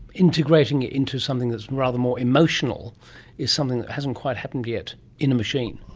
integrating it into something that's rather more emotional is something that hasn't quite happened yet in a machine.